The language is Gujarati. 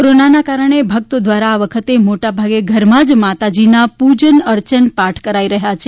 કોરોનાના કારણે ભક્તો દ્વારા આ વખતે મોટેભાગે ઘરમાં જ માતાજીના પૂજન અર્ચન પાઠ કરાઇ રહ્યા છે